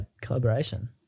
collaboration